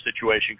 situation